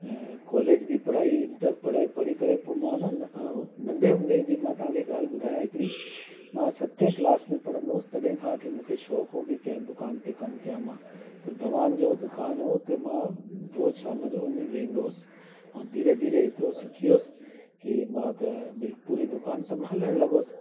ऐं कॉलेज बि पढ़ाई इंटर पढ़ाई पढ़ी करे पोइ मां न अ नंढे हूंदे जी मां तव्हांखे ॻाल्हि ॿुधाया हिकिड़ी मां सते क्लास में पढ़ंदो हुओसि तॾहिं खां वठी मोंखे शौंक़ु हो की कंहिं दुकान ते कमु कयां मां त दवाउनि जो दुकानु हो हुते मां रोज शाम जो वञी वेहंदो हुओसि ऐं धीरे धीरे एतिरो सिखी वियोसि की मां त बिल पूरी दुकानु संभालण लगोसि